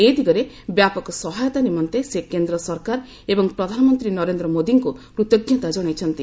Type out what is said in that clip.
ଏ ଦିଗରେ ବ୍ୟାପକ ସହାୟତା ନିମନ୍ତେ ସେ କେନ୍ଦ୍ର ସରକାର ଏବଂ ପ୍ରଧାନମନ୍ତ୍ରୀ ନରେନ୍ଦ୍ର ମୋଦିଙ୍କୁ କୃତଜ୍ଞତା ଜଣାଇଛନ୍ତି